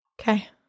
okay